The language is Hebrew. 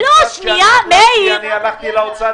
גם כשאני הייתי שר הלכתי למשרד האוצר,